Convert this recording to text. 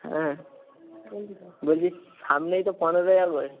হ্যাঁ বলছি সামনেই তো পনেরোই আগস্ট